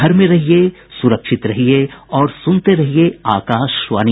घर में रहिये सुरक्षित रहिये और सुनते रहिये आकाशवाणी